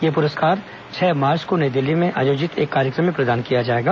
यह पुरस्कार छह मार्च को नई दिल्ली में आयोजित एक कार्यक्रम में प्रदान किया जाएगा